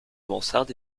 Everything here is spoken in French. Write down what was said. mansarde